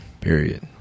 period